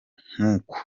nk’uku